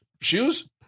shoes